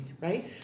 Right